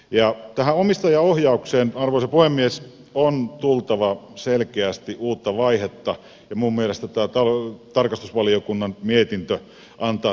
tähän omistajaohjaukseen arvoisa puhemies on tultava selkeästi uutta vaihetta ja minun mielestäni tämä tarkastusvaliokunnan mietintö antaa siihen hyviä eväitä